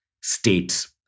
States